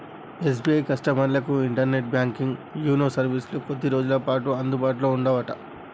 SBI కస్టమర్లకు internet banking YONO సర్వీసులు కొద్ది రోజులపాటు అందుబాటులో ఉండవట